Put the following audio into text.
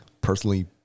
personally